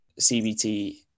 CBT